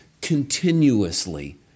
continuously